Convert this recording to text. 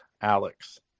Alex